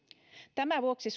tämän vuoksi